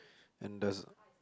and there's